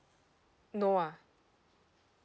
no ah